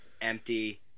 empty